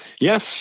Yes